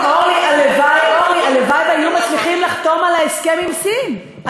הלוואי שהיו מצליחים לחתום על ההסכם עם סין.